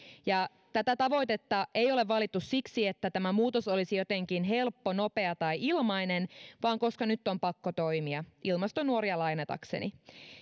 tätä tavoitetta ei ole valittu siksi että tämä muutos olisi jotenkin helppo nopea tai ilmainen vaan koska nyt on pakko toimia ilmastonuoria lainatakseni